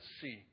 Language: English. see